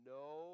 no